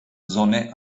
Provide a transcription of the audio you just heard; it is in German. sonne